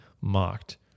mocked